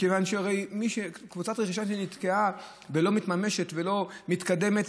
מכיוון שקבוצת רכישה שנתקעה ולא מתממשת ולא מתקדמת,